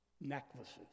necklaces